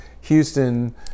Houston